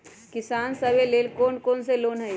किसान सवे लेल कौन कौन से लोने हई?